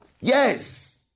Yes